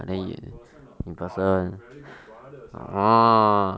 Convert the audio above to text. !wah! in person ah !wah! you very good brother sia tell you